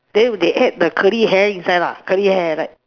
then they add the curly hair inside lah curly hair right